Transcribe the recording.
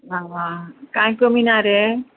आं कांय कमी ना रे